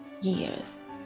years